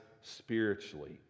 spiritually